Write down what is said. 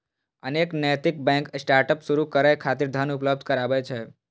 अनेक नैतिक bank startup शुरू करै खातिर धन उपलब्ध कराबै छै